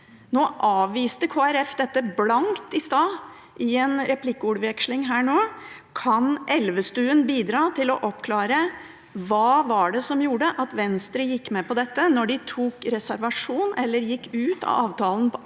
Folkeparti dette blankt i stad i en replikkordveksling. Kan Elvestuen bidra til å oppklare hva det var som gjorde at Venstre gikk med på dette, da de tok reservasjon eller gikk ut av avtalen på